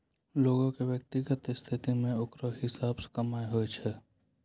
लोग के व्यक्तिगत स्थिति मे ओकरा हिसाब से कमाय हुवै छै